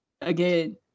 again